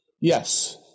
yes